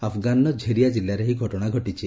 ଆଫଗାନ୍ର ଝେରିଆ କିଲ୍ଲାରେ ଏହି ଘଟଣା ଘଟିଛି